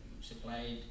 supplied